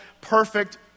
perfect